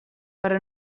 però